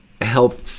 help